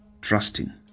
trusting